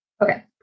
Okay